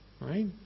right